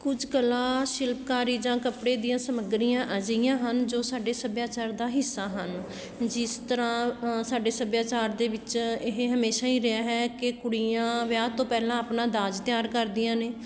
ਕੁਝ ਕਲਾ ਸ਼ਿਲਪਕਾਰੀ ਜਾਂ ਕੱਪੜੇ ਦੀਆਂ ਸਮੱਗਰੀਆਂ ਅਜਿਹੀਆਂ ਹਨ ਜੋ ਸਾਡੇ ਸੱਭਿਆਚਾਰ ਦਾ ਹਿੱਸਾ ਹਨ ਜਿਸ ਤਰ੍ਹਾਂ ਸਾਡੇ ਸੱਭਿਆਚਾਰ ਦੇ ਵਿੱਚ ਇਹ ਹਮੇਸ਼ਾਂ ਹੀ ਰਿਹਾ ਹੈ ਕਿ ਕੁੜੀਆਂ ਵਿਆਹ ਤੋਂ ਪਹਿਲਾਂ ਆਪਣਾ ਦਾਜ ਤਿਆਰ ਕਰਦੀਆਂ ਨੇ